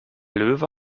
löwe